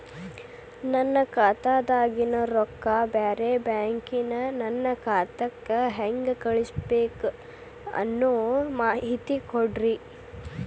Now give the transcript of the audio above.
ನನ್ನ ಖಾತಾದಾಗಿನ ರೊಕ್ಕ ಬ್ಯಾರೆ ಬ್ಯಾಂಕಿನ ನನ್ನ ಖಾತೆಕ್ಕ ಹೆಂಗ್ ಕಳಸಬೇಕು ಅನ್ನೋ ಮಾಹಿತಿ ಕೊಡ್ರಿ?